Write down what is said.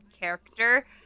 character